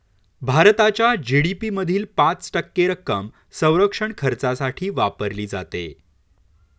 भारताच्या जी.डी.पी मधील पाच टक्के रक्कम संरक्षण खर्चासाठी वापरली जाते